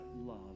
love